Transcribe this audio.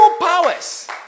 powers